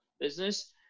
business